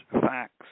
facts